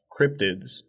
cryptids